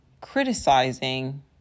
criticizing